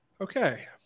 okay